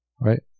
right